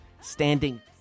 standing